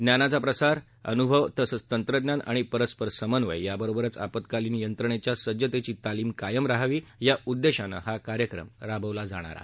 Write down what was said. ज्ञानाचा प्रसार अनुभव तसंच तंत्रज्ञान आणि परस्पर समन्वय याबरोबरच आपत्कालीन यंत्रणेच्या सज्जतेची तालीम कायम रहावी या उद्देशानं हा कार्यक्रम राबवला जाणार आहे